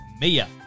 Mia